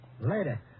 Later